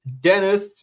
Dennis